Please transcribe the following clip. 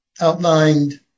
outlined